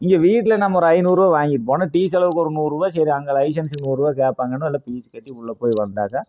இங்கே வீட்டில் நம்ம ஒரு ஐநூறுபா வாங்கிட்டு போனால் டீ செலவுக்கு ஒரு நூறு ரூபாய் சரி அங்கே லைசன்ஸ்சுக்கு ஒரு நூறு ரூபாய் கேட்பாங்கன்னு உள்ளே பீஸ் கட்டி உள்ளே போய் வந்தாக்கா